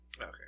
okay